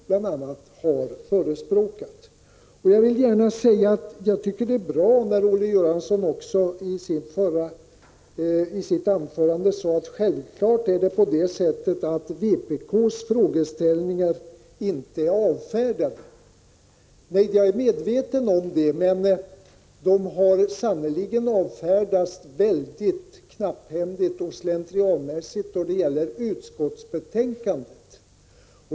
24 april 1986 Jag vill gärna säga att jag tyckte det var bra, när Olle Göransson i sitt anförande sade att vpk:s frågeställningar självfallet inte är avfärdade. Jag är medveten om det, men de har sannerligen avfärdats på ett väldigt knapphän | digt och slentrianmässigt sätt i utskottsbetänkandet.